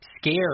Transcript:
scared